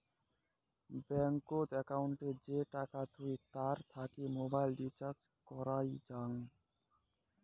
ব্যাঙ্কত একউন্টে যে টাকা থুই তার থাকি মোবাইল রিচার্জ করং যাই